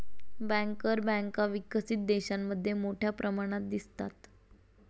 banker बँका विकसित देशांमध्ये मोठ्या प्रमाणात दिसतात